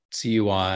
CUI